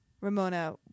ramona